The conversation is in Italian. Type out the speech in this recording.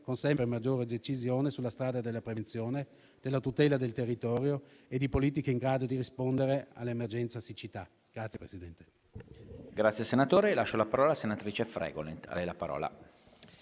con sempre maggiore decisione sulla strada della prevenzione, della tutela del territorio e di politiche in grado di rispondere all'emergenza siccità.